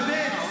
באמת,